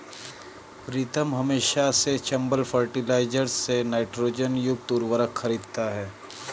प्रीतम हमेशा से चंबल फर्टिलाइजर्स से नाइट्रोजन युक्त उर्वरक खरीदता हैं